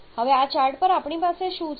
હવે આ ચાર્ટ પર આપણી પાસે શું છે